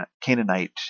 Canaanite